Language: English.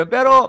Pero